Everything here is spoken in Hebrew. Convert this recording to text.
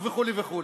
וכו' וכו'.